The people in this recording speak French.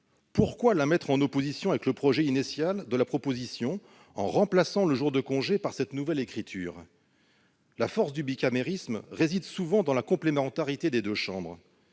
pourquoi la mettre en opposition avec le projet initial, en remplaçant le jour de congé par cette nouvelle écriture ? La force du bicamérisme réside souvent dans la complémentarité des deux chambres.